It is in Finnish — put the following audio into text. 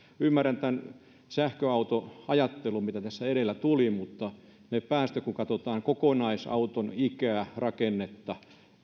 ymmärrän tämän sähköautoajattelun mitä tässä edellä tuli mutta kun katsotaan kokonaisautoa ikää rakennetta